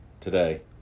today